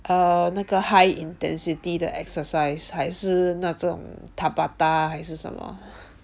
err 那个 high intensity the exercise 还是那种 Tabata 还是什么